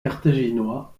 carthaginois